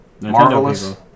Marvelous